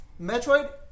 Metroid